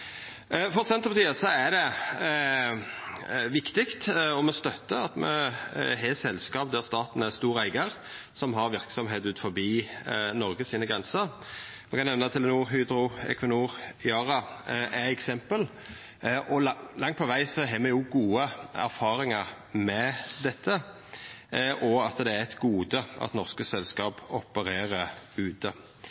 For Senterpartiet er det viktig og me støttar at me har selskap der staten er stor eigar, som har verksemd utanfor Noregs grenser. Eg kan nemna Telenor, Hydro, Equinor og Yara som eksempel. Langt på veg har me gode erfaringar med dette, og det er eit gode at norske